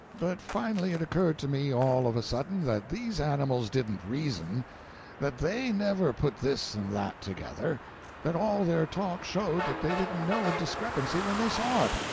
but finally it occurred to me all of a sudden that these animals didn't reason that they never put this and that together that all their talk showed that they didn't know a discrepancy when they saw it.